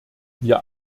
wir